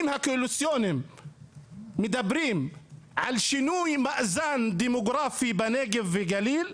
הקואליציוניים מדברים על שינוי מאזן דמוגרפי בנגב ובגליל,